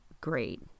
great